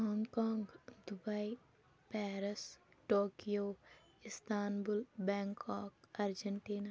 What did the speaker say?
Hong Kong Dubai Paris Tokyo Istanbul Bangkok Argentina